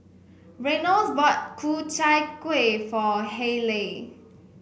Reynolds bought Ku Chai Kuih for Hayleigh